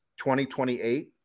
2028